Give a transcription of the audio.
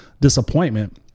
disappointment